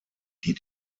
die